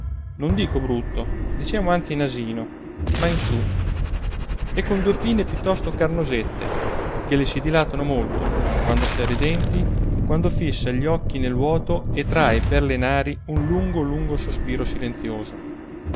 non dico brutto diciamo anzi nasino ma in su e con due pinne piuttosto carnosette che le si dilatano molto quando serra i denti quando fissa gli occhi nel vuoto e trae per le nari un lungo lungo sospiro silenzioso